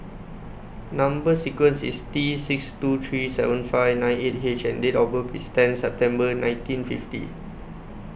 Number sequence IS T six two three seven five nine eight H and Date of birth IS ten September nineteen fifty